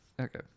Okay